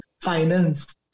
finance